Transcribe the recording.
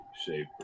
shape